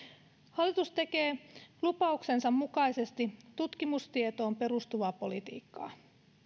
hallitus tekee lupauksensa mukaisesti tutkimustietoon perustuvaa politiikkaa